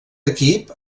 equip